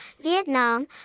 Vietnam